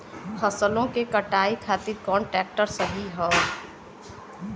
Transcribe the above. फसलों के कटाई खातिर कौन ट्रैक्टर सही ह?